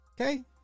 Okay